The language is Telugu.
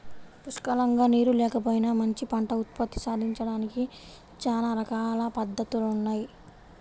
పుష్కలంగా నీరు లేకపోయినా మంచి పంట ఉత్పత్తి సాధించడానికి చానా రకాల పద్దతులున్నయ్